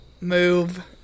move